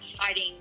fighting